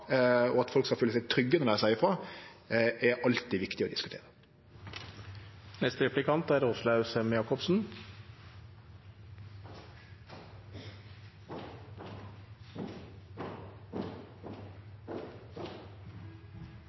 og at folk må føle seg trygge når dei seier frå, alltid er viktig å diskutere.